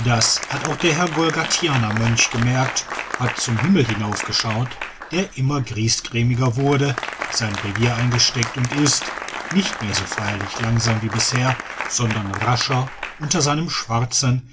das hat auch der herr golgathianer mönch gemerkt hat zum himmel hinaufgeschaut der immer griesgrämiger wurde sein brevier eingesteckt und ist nicht mehr so feierlich langsam wie bisher sondern rascher unter seinem schwarzen